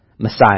Messiah